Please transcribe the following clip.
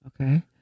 Okay